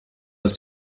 ist